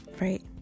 right